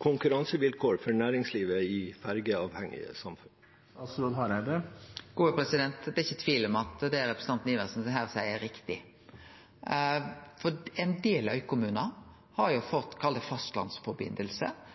konkurransevilkår for næringslivet i fergeavhengige samfunn? Det er ikkje tvil om at det representanten Adelsten Iversen her seier, er riktig. Ein del øykommunar har fått fastlandssamband. Ofte er dei betalte ned, dei er i dag gratis. Det